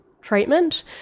treatment